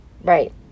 right